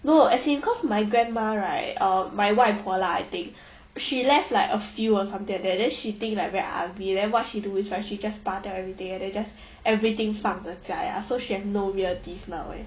no as in cause my grandma right or my 外婆 lah I think she left like a few or something like that then she think like very ugly then what she do is like she just 怕掉 everything and then just everything 放假牙 so she have no real teeth lah why